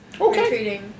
Okay